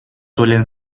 suelen